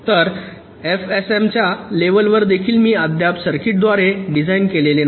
तर एफएसएम च्या लेव्हल वर देखील मी अद्याप सर्किटद्वारे डिझाइन केलेले नाही